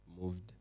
moved